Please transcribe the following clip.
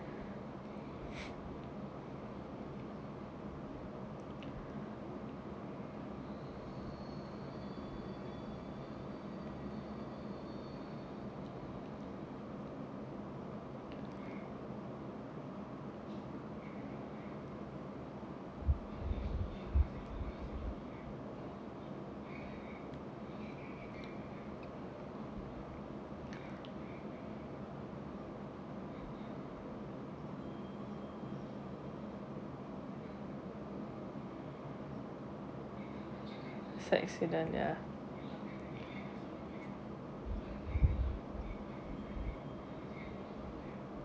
it's accident ya